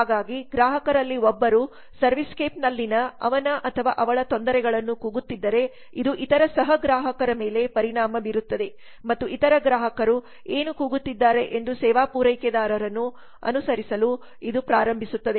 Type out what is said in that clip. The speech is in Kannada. ಹಾಗಾಗಿ ಗ್ರಾಹಕರಲ್ಲಿ ಒಬ್ಬರು ಸೆರ್ವಿಸೆಸ್ಕ್ಯಾಪ್ ನಲ್ಲಿನ ಅವನ ಅಥವಾ ಅವಳ ತೊಂದರೆಗಳನ್ನು ಕೂಗುತ್ತಿದ್ದರೆ ಇದು ಇತರ ಸಹ ಗ್ರಾಹಕರ ಮೇಲೆ ಪರಿಣಾಮ ಬೀರುತ್ತದೆ ಮತ್ತು ಇತರ ಗ್ರಾಹಕರು ಏನು ಕೂಗುತ್ತಿದ್ದಾರೆ ಎಂದು ಸೇವಾ ಪೂರೈಕೆದಾರರನ್ನು ಅನುಸರಿಸಲು ಇದು ಪ್ರಾರಂಭಿಸುತ್ತದೆ